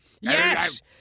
Yes